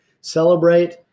Celebrate